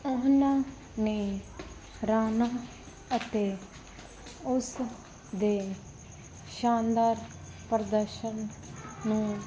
ਉਹਨਾਂ ਨੇ ਰਾਣਾ ਅਤੇ ਉਸ ਦੇ ਸ਼ਾਨਦਾਰ ਪ੍ਰਦਰਸ਼ਨ ਨੂੰ